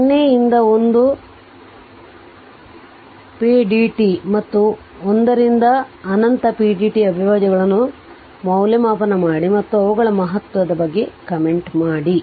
0 ರಿಂದ 1 pdt ಮತ್ತು 1 ರಿಂದ ಅನಂತ pdt ಅವಿಭಾಜ್ಯಗಳನ್ನು ಮೌಲ್ಯಮಾಪನ ಮಾಡಿ ಮತ್ತು ಅವುಗಳ ಮಹತ್ವದ ಬಗ್ಗೆ ಕಾಮೆಂಟ್ ಮಾಡಿ